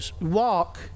walk